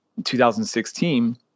2016